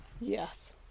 Yes